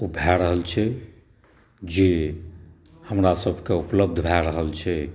ओ भए रहल छै जे हमरासबके उपलब्ध भए रहल छै